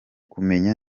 kumenya